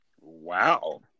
Wow